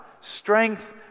strength